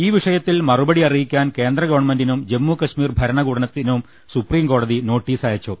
ഈ വിഷയത്തിൽ മറുപടി അറിയിക്കാൻ കേന്ദ്ര ഗവൺമെന്റിനും ജമ്മു കശ്മീർ ഭര ണകൂടത്തിനും സുപ്രീംകോടതി നോട്ടീസ് അയച്ചു